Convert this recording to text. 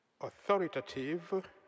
authoritative